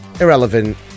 irrelevant